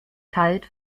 kalt